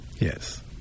Yes